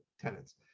tenants